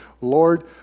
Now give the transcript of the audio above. Lord